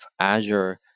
Azure